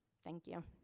thank you.